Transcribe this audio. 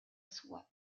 sua